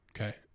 Okay